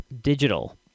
Digital